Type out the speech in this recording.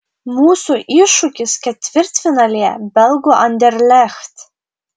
mūsų iššūkis ketvirtfinalyje belgų anderlecht